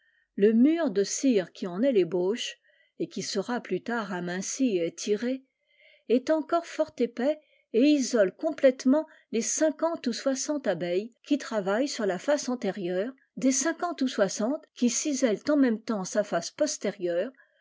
le mur de cire qui en est tébauche et qui sera plus tard aminci el étiré est encore fort épais et isole complèlement les cinquante ou soixante abeilles qui travaillent sur la face antérieure des cinquante ou soixante qui cisèlent en même temps sa face postérieure